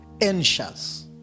anxious